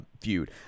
feud